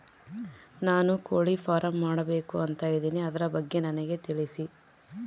ನಾನು ಕೋಳಿ ಫಾರಂ ಮಾಡಬೇಕು ಅಂತ ಇದಿನಿ ಅದರ ಬಗ್ಗೆ ನನಗೆ ತಿಳಿಸಿ?